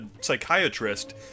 psychiatrist